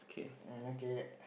um okay